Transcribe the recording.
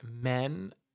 men